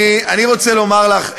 אני רוצה לומר לך,